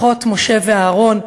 אחות משה ואהרן,